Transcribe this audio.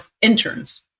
interns